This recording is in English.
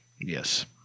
Yes